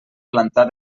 plantar